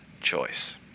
choice